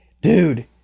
dude